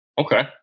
Okay